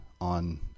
on